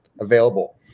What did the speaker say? available